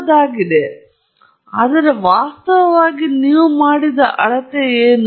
ಮಾದರಿಗೆ ಸೇರಿದವರಾಗಿದ್ದರೂ 20 ರಿಂದ 30 ರಷ್ಟು ಪ್ರಮಾಣದಲ್ಲಿ ವಾಸ್ತವವಾಗಿ ಮಾದರಿಗೆ ಕಾರಣವಾಗಿದೆಯೆಂದು ನಾನು ಹೇಳುತ್ತಿದ್ದೇನೆ